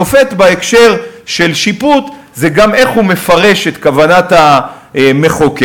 שופט בהקשר של שיפוט זה גם איך הוא מפרש את כוונת המחוקק,